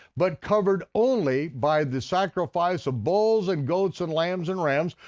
but covered only by the sacrifice of bulls and goats and lambs and rams,